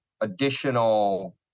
additional